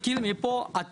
צריך להתחיל מפה התיקון,